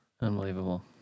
Unbelievable